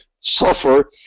suffer